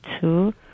two